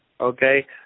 okay